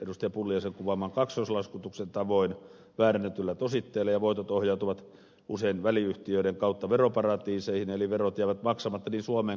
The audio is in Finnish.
pulliaisen kuvaaman kaksoislaskutuksen tavoin väärennetyillä tositteilla ja voitot ohjautuvat usein väliyhtiöiden kautta veroparatiiseihin eli verot jäävät maksamatta niin suomeen kuin venäjällekin